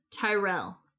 Tyrell